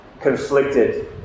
conflicted